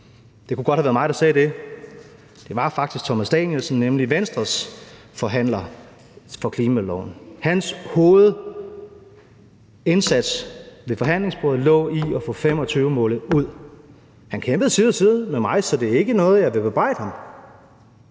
Det kunne godt have været mig, der sagde det, men det var faktisk Thomas Danielsen, nemlig Venstres forhandler i forbindelse med klimaloven. Hans hovedindsats ved forhandlingsbordet lå i at få 2025-målet ud. Han kæmpede side om side med mig, så det er ikke noget, jeg vil bebrejde ham.